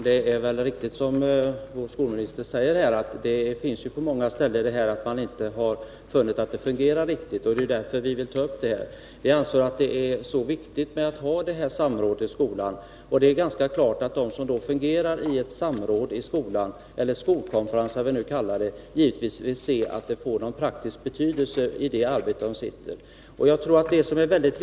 Herr talman! Det är riktigt att man, som skolministern säger, på många ställen har funnit att samrådet inte fungerar tillfredsställande. Det är därför som vi vill ta upp denna fråga. Vi anser att detta samråd i skolan är mycket viktigt. Det är klart att de som deltar i samrådet eller skolkonferensen, om vi nu kallar det så, vill se att det arbete som de där utför får någon praktisk betydelse.